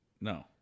No